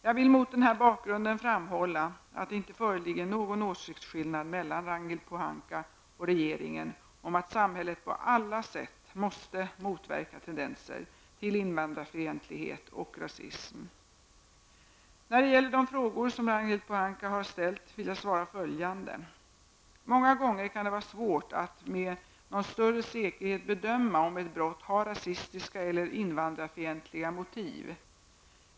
Jag vill mot denna bakgrund framhålla att det inte föreligger någon åsiktsskillnad mellan Ragnhild Pohanka och regeringen om att samhället på alla sätt måste motverka tendenser till invandrarfientlighet och rasism. När det gäller de frågor som Ragnhild Pohanka har ställt vill jag svara följande. Många gånger kan det vara svårt att med någon större säkerhet bedöma om ett brott har rasistiska eller invandrarfientliga motiv.